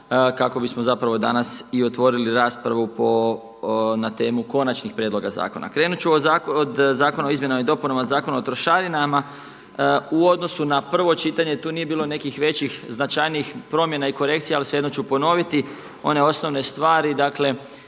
kako bismo zapravo danas i otvorili raspravu na temu konačnih prijedloga zakona. Krenut ću od Zakona o izmjenama i dopunama Zakona o trošarinama. U odnosu na prvo čitanje, tu nije bilo nekih većih, značajnijih promjena i korekcija, ali svejedno ću ponoviti one osnovne stvari,